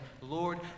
Lord